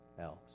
else